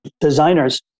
designers